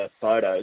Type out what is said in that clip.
photos